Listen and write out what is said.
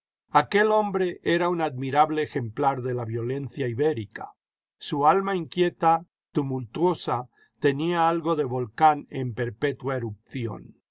aquel hombre era un admirable ejemplar de la violencia ibérica su alma inquieta tumultuosa tenía algo de volcán en perpetua erupción